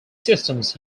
systems